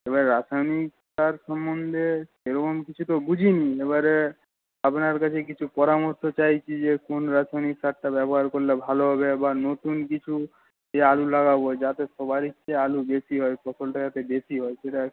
এবার রাসায়নিক সার সম্বন্ধে সেরকম কিছু তো বুঝিনি এবারে আপনার কাছে কিছু পরামর্শ চাইছি যে কোন রাসায়নিক সারটা ব্যবহার করলে ভালো হবে বা নতুন কিছু যে আলু লাগাব যাতে সবারই চেয়ে যাতে আলু বেশী হয় ফসলটা যাতে বেশী হয়